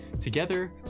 Together